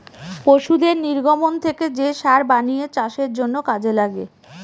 পশুদের নির্গমন থেকে যে সার বানিয়ে চাষের জন্য কাজে লাগে